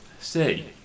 See